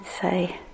say